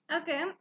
Okay